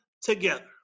together